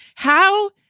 how.